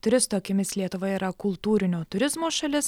turisto akimis lietuva yra kultūrinio turizmo šalis